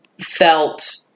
felt